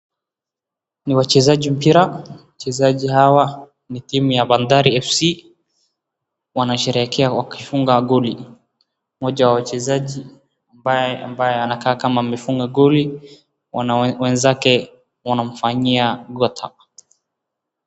Ni wachezaji mpira. Wachezaji hawa ni timu ya Bandari FC wanasherehekea wakifunga goli. Mmoja wa wachezaji ambaye anakaa kama mefunga goli wenzake wanamfanyia ngoto.